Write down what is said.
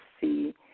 see